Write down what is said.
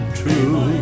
true